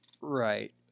right